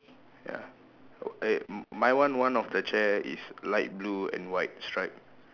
ya eh my one one of the chair is light blue and white stripe